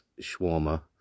shawarma